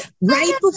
right